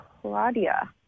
Claudia